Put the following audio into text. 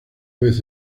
vez